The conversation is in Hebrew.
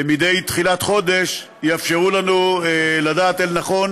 מדי תחילת חודש, יאפשרו לנו לדעת אל נכון